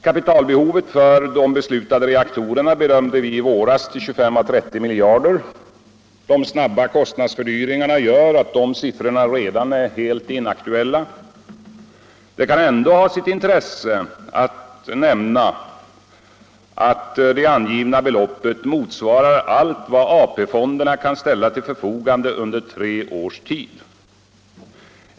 Kapitalbehovet för de beslutade reaktorerna bedömde vi i våras till 25 å 30 miljarder kronor. De snabba kostnadsfördYyringarna gör att dessa siffror redan är helt inaktuella. Det kan ändå ha sitt intresse att nämna att det angivna beloppet motsvarar allt vad AP-fonderna kan ställa till förfogande under tre års tid.